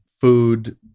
food